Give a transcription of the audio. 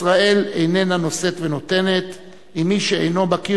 ישראל איננה נושאת ונותנת עם מי שאינו מכיר